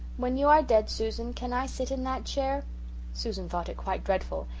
when you are dead, susan, can i sit in that chair susan thought it quite dreadful,